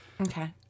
Okay